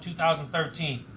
2013